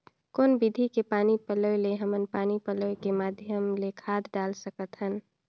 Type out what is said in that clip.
कौन विधि के पानी पलोय ले हमन पानी पलोय के माध्यम ले खाद डाल सकत हन?